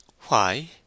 Why